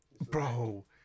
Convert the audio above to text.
bro